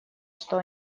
что